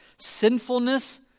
sinfulness